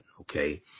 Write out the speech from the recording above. Okay